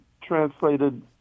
translated